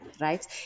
right